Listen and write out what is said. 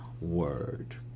word